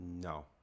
No